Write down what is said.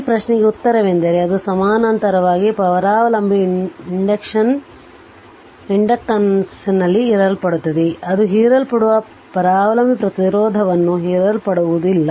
ಈ ಪ್ರಶ್ನೆಗೆ ಉತ್ತರವೆಂದರೆ ಅದು ಸಮಾನಾಂತರವಾಗಿ ಪರಾವಲಂಬಿ ಇಂಡಕ್ಟನ್ಸ್ನಲ್ಲಿ ಹೀರಲ್ಪಡುತ್ತದೆ ಅದು ಹೀರಲ್ಪಡುವ ಪರಾವಲಂಬಿ ಪ್ರತಿರೋಧವನ್ನು ಹೀರಲ್ಪಡುದಿಲ್ಲ